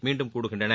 மீண்டும் கூடுகின்றன